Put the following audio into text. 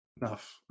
Enough